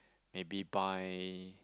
maybe buy